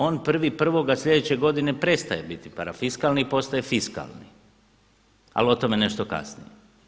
On 1.1. sljedeće godine prestaje biti parafiskalni i postaje fiskalni, ali o tome nešto kasnije.